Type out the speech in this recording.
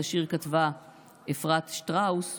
את השיר כתבה אפרת שטרן,